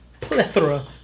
plethora